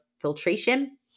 filtration